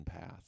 path